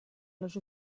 les